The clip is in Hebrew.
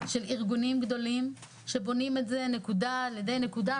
של ארגונים גדולים שבונים את זה נקודה אחרי נקודה,